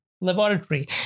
laboratory